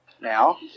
now